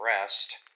rest